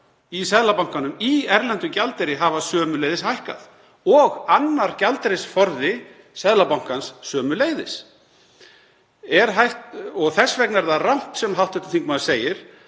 í Seðlabankanum í erlendum gjaldeyri hafa hækkað og annar gjaldeyrisforði Seðlabankans sömuleiðis. Þess vegna er það rangt sem hv. þingmaður segir